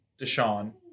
Deshaun